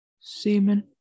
Semen